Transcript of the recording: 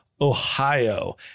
ohio